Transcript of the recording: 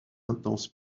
intense